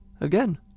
again